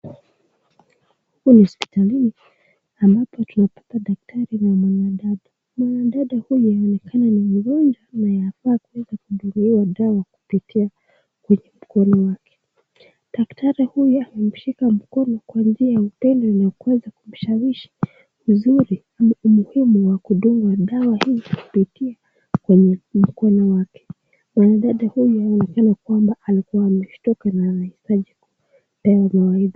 Huu ni hospitalini anapokuwa daktari na mwanadada. Mwanadada huyu anaonekana mgonjwa na anafaa kudungiliwa dawa kupitia kwenye mkono wake. Daktari huyu ameshika mkono kwa njia ya kuweza kumshawishi ni nzuri au umuhimu wa kudunga dawa hii kwenye mkono wake. Mwanadada huyu anaonekana kwamba alikuwa ameshtuka.